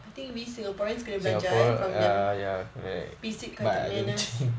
I think we singaporeans kena belajar eh from them basic courte~ manners